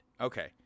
Okay